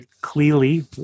clearly